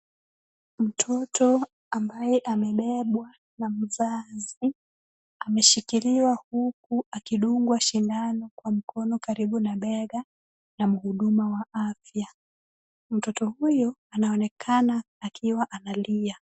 Mtoto ambaye amebebwa na mzazi, ameshikiliwa huku akidungwa shindano kwa mkono karibu na bega na mhudumu wa afya. Mtoto huyo anaonekana akiwa analia.